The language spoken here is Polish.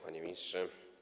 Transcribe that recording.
Panie Ministrze!